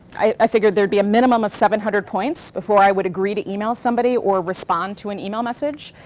i figured there would be a minimum of seven hundred points before i would agree to email somebody or respond to an email message.